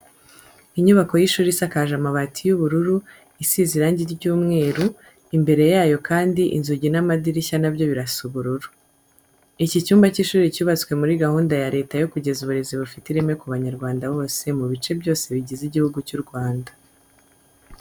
Inyubako y'ishuri isakaje amabati y'ubururu, isize irange ry'umweru, imbere yayo kandi inzugi n'amadirishya na byo birasa ubururu. Iki cyumba cy'ishuri cyubatswe muri gahunda ya Leta yo kugeza uburezi bufite ireme ku banyarwanda bose mu bice byose bigize igihugu cy'u Rwanda.